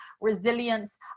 resilience